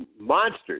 monsters